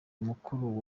mukuru